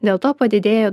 dėl to padidėja